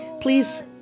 Please